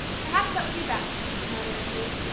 perhaps that would be best, her mother agreed.